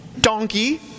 donkey